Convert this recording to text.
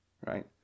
right